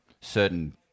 certain